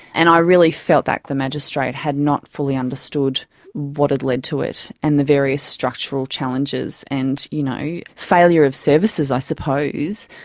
and i really felt that the magistrate had not fully understood what had led to it and the various structural challenges and you know failure of services i suppose.